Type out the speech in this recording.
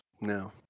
No